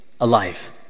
alive